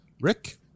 Rick